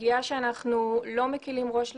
נושא שאנחנו לא מקלים בו ראש.